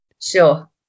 Sure